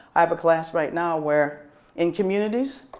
i have a class right now where in communities,